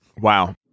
wow